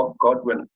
Godwin